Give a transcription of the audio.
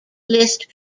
list